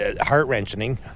heart-wrenching